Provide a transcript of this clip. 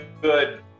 good